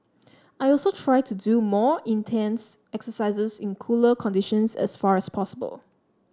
I also try to do my more intense exercises in cooler conditions as far as possible